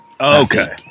Okay